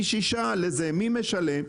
מי משלם?